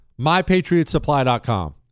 mypatriotsupply.com